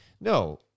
no